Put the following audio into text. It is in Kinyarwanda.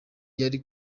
yari